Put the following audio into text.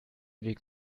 weg